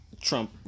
Trump